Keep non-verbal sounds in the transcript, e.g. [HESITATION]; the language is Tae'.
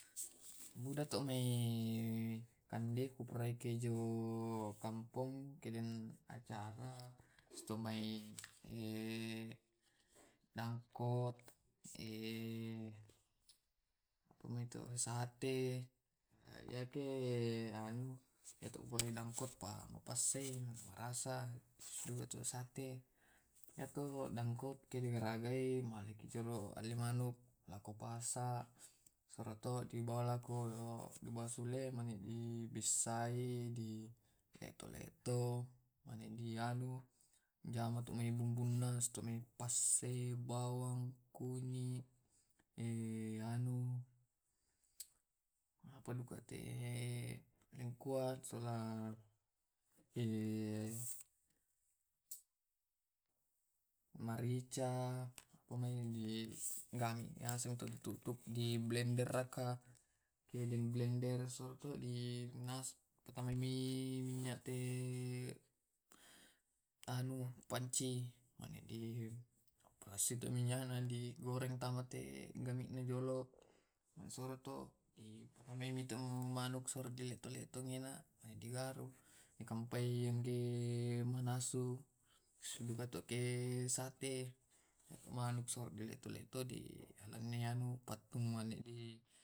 Yake kande to masakka jo to kawin biasa juku [HESITATION] e tedong, yake juku tedong to [HESITATION] di tenggoroi mane di ta ta tak mane dibasei, mane dipatama kurin [HESITATION] atau dinasu, mane to dikande sola nasang. Susiduka ke manuk to, yake manuk na kande tau joto kawing biasa duka manuk na alli mane na nasu, manu natolloi, mane nagaraga manuk-manuk kecap bisa duka na garaga dangkot i biasaduka nagaraga satei. Susiduka kebeppa to, kebeppa biasa ku kande indo beppa, di pasola tallo mane diparokkoi tepung, mane dicetak, mane dipatamai may oven [NOISE]